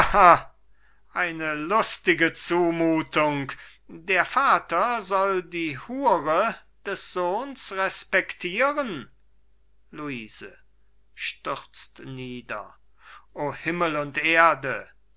eine lustige zumuthung der vater soll die hure des sohns respectieren luise stürzt nieder o himmel und erde